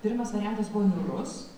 pirmas variantas buvo niūrus